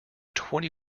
twenty